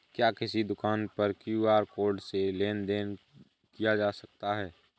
क्या किसी दुकान पर क्यू.आर कोड से लेन देन देन किया जा सकता है?